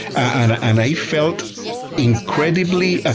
and i felt incredibly, ah